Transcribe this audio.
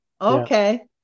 Okay